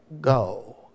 go